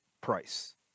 price